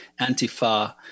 Antifa